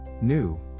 New